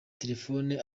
telefoni